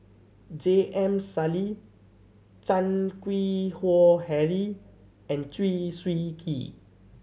J M Sali Chan Keng Howe Harry and Chew Swee Kee